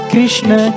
Krishna